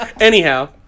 Anyhow